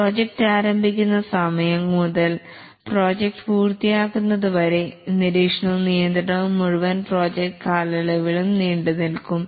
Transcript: project ആരംഭിക്കുന്ന സമയം മുതൽ പ്രോജക്ട് പൂർത്തിയാകുന്നതുവരെ നിരീക്ഷണവും നിയന്ത്രണവും മുഴുവൻ പ്രോജക്ട് കാലയളവിലും നീണ്ടുനിൽക്കും